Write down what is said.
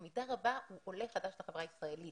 במידה רבה הוא עולה חדש לחברה הישראלית